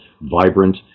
vibrant